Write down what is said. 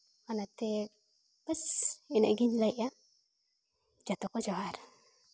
ᱟᱨ ᱱᱟᱛᱮ ᱵᱟᱥ ᱤᱱᱟᱹᱜ ᱜᱤᱧ ᱞᱟᱹᱭᱮᱫᱼᱟ ᱡᱚᱛᱚ ᱠᱚ ᱡᱚᱦᱟᱨ